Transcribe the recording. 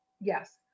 yes